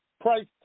price